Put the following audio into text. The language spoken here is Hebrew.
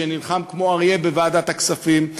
שנלחם כמו אריה בוועדת הכספים.